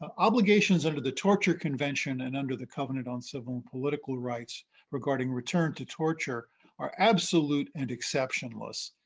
um obligations under the torture convention and under the covenant on civil political rights regarding return to torture are absolute and exceptionless.